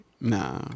Nah